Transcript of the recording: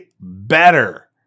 better